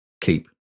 keep